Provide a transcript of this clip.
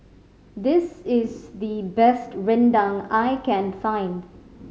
this is the best rendang I can find